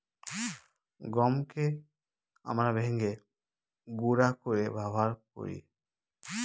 গমকে আমরা ভেঙে গুঁড়া করে ব্যবহার করি